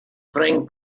frank